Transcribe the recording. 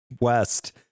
West